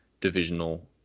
divisional